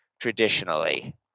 traditionally